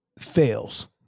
fails